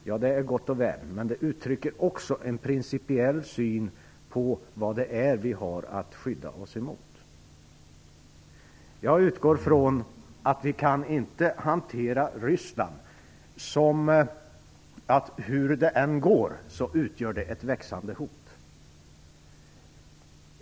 Ja, det är gott och väl, men det uttrycker också en principiell syn på vad det är vi har att skydda oss mot. Jag utgår från att vi inte kan hantera Ryssland så, att hur det än går är Ryssland ett växande hot.